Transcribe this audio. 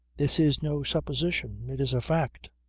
this is no supposition. it is a fact.